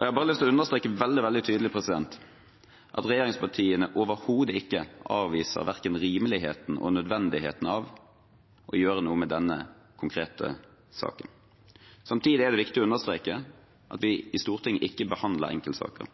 Jeg har lyst til å understreke veldig tydelig at regjeringspartiene overhodet ikke avviser verken rimeligheten i eller nødvendigheten av å gjøre noe med denne konkrete saken. Samtidig er det viktig å understreke at vi i Stortinget ikke behandler enkeltsaker.